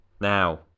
Now